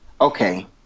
Okay